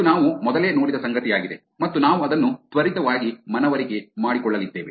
ಇದು ನಾವು ಮೊದಲೇ ನೋಡಿದ ಸಂಗತಿಯಾಗಿದೆ ಮತ್ತು ನಾವು ಅದನ್ನು ತ್ವರಿತವಾಗಿ ಮನವರಿಕೆ ಮಾಡಿಕೊಳ್ಳಲಿದ್ದೇವೆ